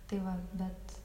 tai va bet